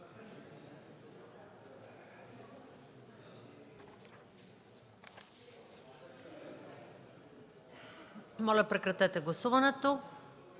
зала. Прекратете гласуването.